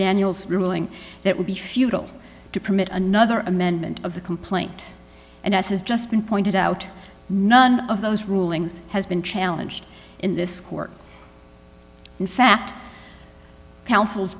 daniels ruling that would be futile to permit another amendment of the complaint and as has just been pointed out none of those rulings has been challenged in this court in fact coun